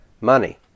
money